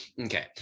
Okay